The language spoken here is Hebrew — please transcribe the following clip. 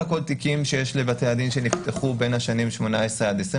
תיקים שיש לבתי הדין שנפתחו בין השנים 2018 עד 2020,